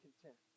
content